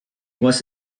was